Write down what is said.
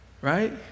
Right